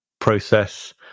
process